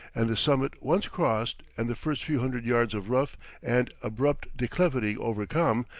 and the summit once crossed, and the first few hundred yards of rough and abrupt declivity overcome,